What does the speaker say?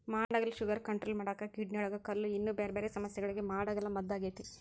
ಮಾಡಹಾಗಲ sugar control ಮಾಡಾಕ, ಕಿಡ್ನಿಯೊಳಗ ಕಲ್ಲು, ಇನ್ನೂ ಬ್ಯಾರ್ಬ್ಯಾರೇ ಸಮಸ್ಯಗಳಿಗೆ ಮಾಡಹಾಗಲ ಮದ್ದಾಗೇತಿ